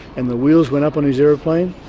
and the wheels went up on his aeroplane,